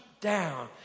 down